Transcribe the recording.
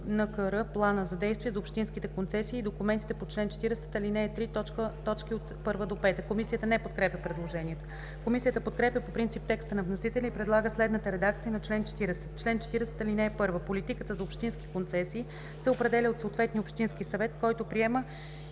в НКР Плана за действие за общинските концесии и документите по чл. 40, ал. 3, т. 1-5.“ Комисията не подкрепя предложението. Комисията подкрепя по принцип текста на вносителя и предлага следната редакция на чл. 40: „Чл. 40. (1) Политиката за общински концесии се определя от съответния общински съвет, който приема